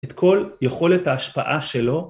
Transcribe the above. את כל יכולת ההשפעה שלו.